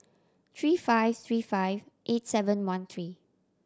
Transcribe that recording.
three five three five eight seven one three